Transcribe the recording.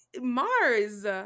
Mars